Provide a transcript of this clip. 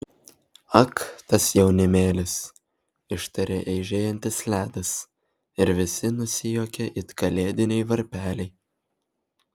ak tas jaunimėlis ištarė eižėjantis ledas ir visi nusijuokė it kalėdiniai varpeliai